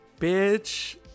Bitch